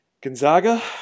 Gonzaga